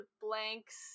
blanks